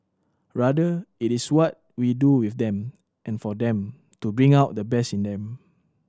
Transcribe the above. rather it is what we do with them and for them to bring out the best in them